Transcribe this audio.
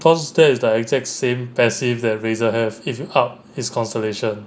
because that is like exact same passive that razor have if you up his constellation